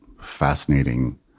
fascinating